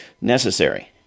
necessary